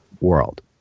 world